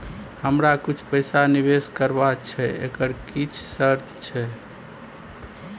हमरा कुछ पैसा निवेश करबा छै एकर किछ शर्त छै?